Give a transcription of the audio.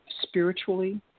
spiritually